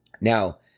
Now